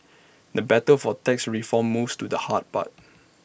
the battle for tax reform moves to the hard part